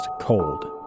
Cold